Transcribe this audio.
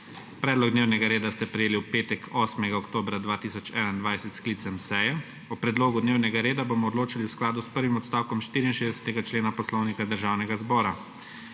Predlog dnevnega reda ste prejeli v petek, 8. oktobra 2021, s sklicem seje. O predlogu dnevnega reda bomo odločali v skladu s prvim odstavkom 64. člena Poslovnika Državnega zbora.